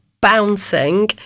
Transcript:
bouncing